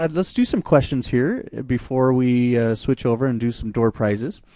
um let's do some questions here before we switch over and do some door prizes.